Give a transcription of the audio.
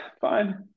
Fine